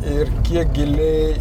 ir kiek giliai